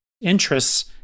interests